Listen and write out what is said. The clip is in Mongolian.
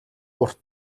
урт